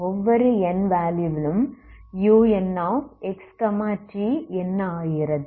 ஒவ்வொருn வேல்யூவிலும் unxtஎன்ன ஆகிறது